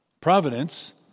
providence